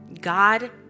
God